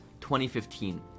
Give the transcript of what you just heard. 2015